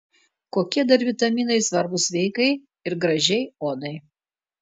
kokie dar vitaminai svarbūs sveikai ir gražiai odai